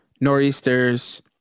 Nor'easter's